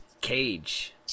cage